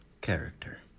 character